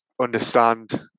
understand